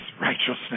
righteousness